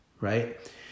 right